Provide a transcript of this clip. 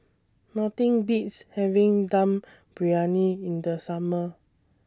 Nothing Beats having Dum Briyani in The Summer